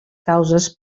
causes